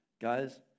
Guys